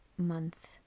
month